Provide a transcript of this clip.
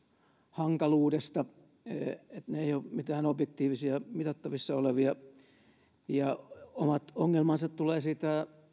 hankaluudesta että ne eivät ole mitään objektiivisia mitattavissa olevia ja omat ongelmansa tulee siitä